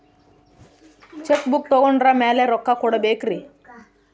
Check book ತೊಗೊಂಡ್ರ ಮ್ಯಾಲೆ ರೊಕ್ಕ ಕೊಡಬೇಕರಿ?